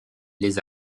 les